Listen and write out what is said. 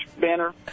banner